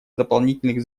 дополнительных